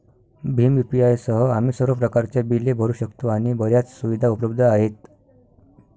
Bhim UPI सह, आम्ही सर्व प्रकारच्या बिले भरू शकतो आणि बर्याच सुविधा उपलब्ध आहेत